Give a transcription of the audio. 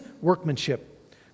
workmanship